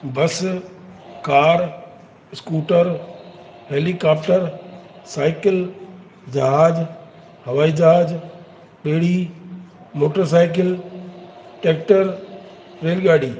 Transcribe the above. बस car scooter helicopter cycle जहाज हवाई जहाज ॿेड़ी मोटर साइकिल टेक्टर रेलगाड़ी